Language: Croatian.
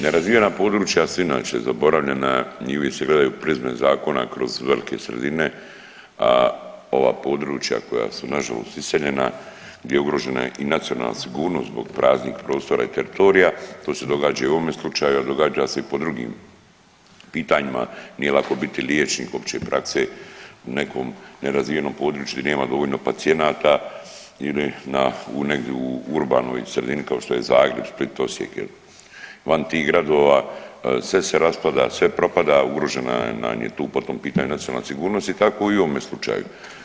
Nerazvijena područja su inače zaboravljena i uvijek se gledaju prizme zakona kroz velike sredine, a ova područja koja su nažalost iseljena gdje je ugrožena i nacionalna sigurnost zbog praznih prostora i teritorija, to se događa i u ovome slučaju, a događa se i po drugim pitanjima, nije lako biti liječnik opće prakse u nekom nerazvijenom području gdje nema dovoljno pacijenata ili na, u negdje u urbanoj sredini kao što je Zagreb, Split, Osijek, van tih gradova sve se raspada, sve propada, ugrožena nam je tu po tom pitanju nacionalna sigurnost i tako i u ovome slučaju.